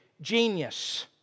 genius